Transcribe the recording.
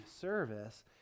service